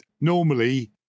Normally